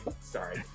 Sorry